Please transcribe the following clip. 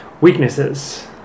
Weaknesses